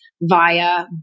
via